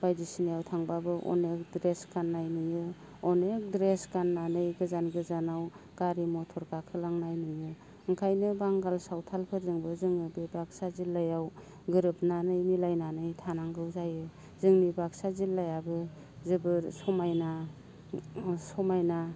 बायदिसिनायाव थांब्लाबो अनेख ड्रेस गाननाय नुयो अनेख ड्रेस गाननानै गोजान गोजानाव गारि मथर गाखोलांनाय नुयो ओंखायनो बांगाल सावथालफोरजोंबो जोङो बे बाक्सा जिल्लायाव गोरोबनानै मिलायनानै थानांगौ जायो जोंनि बाक्सा जिल्लायाबो जोबोर समायना समायना